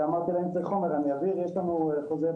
ואמרתי להם שיש לנו חומר,